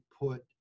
put